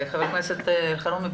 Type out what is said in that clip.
חבר הכנסת סעיד אלחרומי.